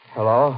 Hello